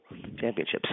championships